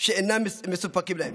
שאינם מסופקים להם.